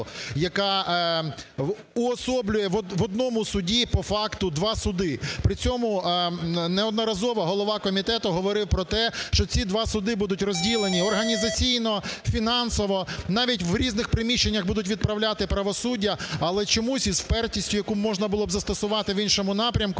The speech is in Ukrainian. яка уособлює в одному суді по факту два суди. При цьому неодноразово голова комітету говорив про те, що ці два суди будуть розділені організаційно, фінансово, навіть в різних приміщеннях будуть відправляти правосуддя. Але чомусь із впертістю, яку можна було б застосувати в іншому напрямку,